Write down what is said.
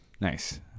Nice